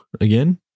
again